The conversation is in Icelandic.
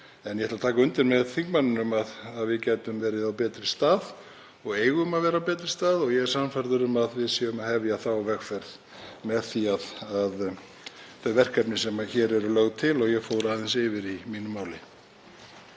En ég ætla að taka undir með þingmanninum að við gætum verið á betri stað og eigum að vera á betri stað og ég er sannfærður um að við séum að hefja þá vegferð með þeim verkefnum sem hér eru lögð til og ég fór aðeins yfir í mínu máli.